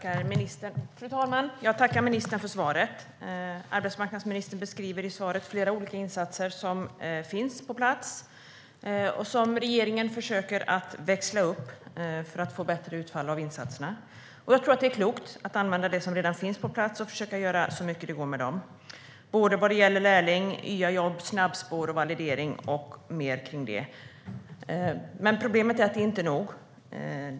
Fru talman! Jag tackar ministern för svaret. Arbetsmarknadsministern beskriver i svaret flera olika insatser som finns på plats och som regeringen försöker växla upp för att få bättre utfall. Jag tror att det är klokt att använda det som redan finns på plats och försöka göra så mycket det går av det. Det gäller lärlingar, nya jobb, snabbspår, validering och mer därtill. Problemet är att det inte är nog.